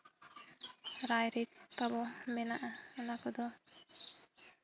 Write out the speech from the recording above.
ᱨᱟᱭᱼᱨᱤᱛ ᱛᱟᱵᱚ ᱢᱮᱱᱟᱜᱼᱟ ᱚᱱᱟ ᱠᱚᱫᱚ